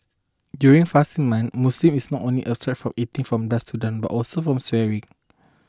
during fasting men Muslims is not only abstain from eating from dusk to dawn but also from swearing